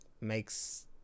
makes